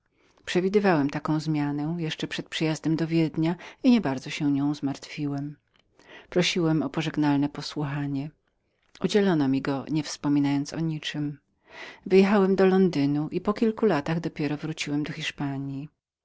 był tę zmianę jeszcze przed przyjazdem moim do wiednia i niebardzo się nią zmartwiłem prosiłem o pożegnalne posłuchanie udzielono mi je niewspomniano o niczem i wyjechałem do londynu po kilku latach dopiero wróciłem do hiszpanji